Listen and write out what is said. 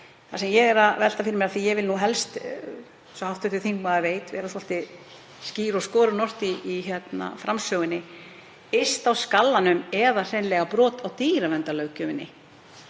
það sem ég er að velta fyrir mér, því að ég vil nú helst, eins og hv. þingmaður veit, vera svolítið skýr og skorinorð í framsögunni: Yst á skalanum eða hreinlega brot á dýraverndarlöggjöfinni?